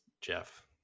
Jeff